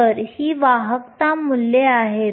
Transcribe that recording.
तर ही वाहकता मूल्ये आहेत